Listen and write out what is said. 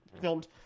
filmed